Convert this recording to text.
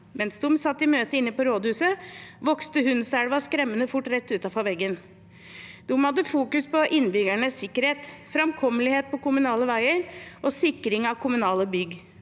Mens de satt i møte inne på rådhuset, vokste Hunnselva skremmende fort rett utenfor veggen. De fokuserte på innbyggernes sikkerhet, framkommelighet på kommunale veier og sikring av kommunale bygg.